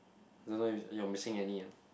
don't know if you're missing any